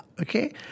Okay